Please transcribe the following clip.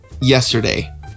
yesterday